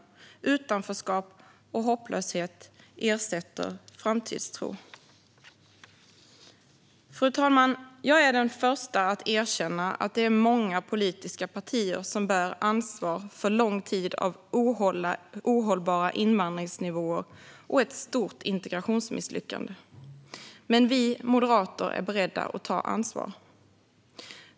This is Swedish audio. Utanförskap och hopplöshet ersätter framtidstro. Fru talman! Jag är den första att erkänna att det är många politiska partier som bär ansvar för en lång tid av ohållbara invandringsnivåer och ett stort integrationsmisslyckande. Men vi moderater är beredda att ta ansvar.